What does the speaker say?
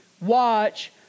Watch